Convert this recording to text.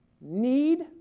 need